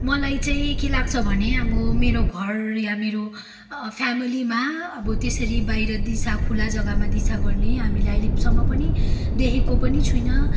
मलाई चाहिँ के लाग्छ भने अब मेरो घर या मेरो फ्यामिलीमा अब त्यसरी बाहिर दिसा खुला जग्गामा दिसा गर्ने हामीलाई अहिलेसम्म पनि देखेको पनि छुइनँ